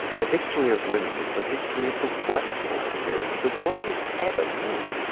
the history of women is the history of the worst form of tyranny the world has ever known.